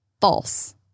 False